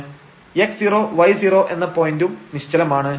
x0 y0 എന്ന പോയന്റും നിശ്ചലമാണ്